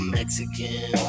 Mexican